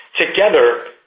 Together